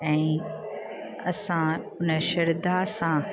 ऐं असां उन श्रद्धा सां